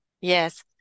Yes